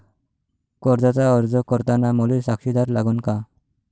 कर्जाचा अर्ज करताना मले साक्षीदार लागन का?